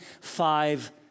five